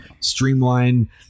streamline